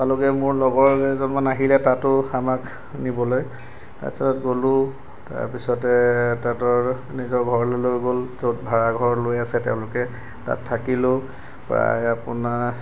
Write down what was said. পালোগৈ মোৰ লগৰ কেইজনমান আহিলে তাতো আমাক নিবলৈ তাৰপিছত গ'লো তাৰপিছতে তাহাঁতৰ নিজৰ ঘৰলৈ লৈ গ'ল য'ত ভাড়াঘৰ লৈ আছে তেওঁলোকে তাত থাকিলো প্ৰায় আপোনাৰ